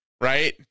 Right